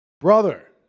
Brother